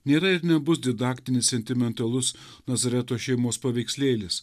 nėra ir nebus didaktinis sentimentalus nazareto šeimos paveikslėlis